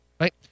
Right